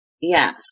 Yes